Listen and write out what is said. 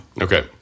Okay